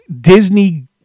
Disney